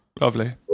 lovely